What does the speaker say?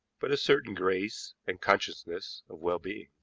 but a certain grace and consciousness of well-being.